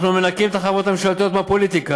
אנחנו מנקים את החברות הממשלתיות מהפוליטיקה,